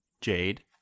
Jade